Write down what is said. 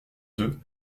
deux